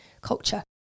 culture